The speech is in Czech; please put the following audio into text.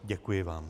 Děkuji vám.